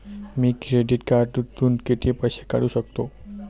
मी credit कार्डातून किती पैसे काढू शकतो?